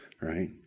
right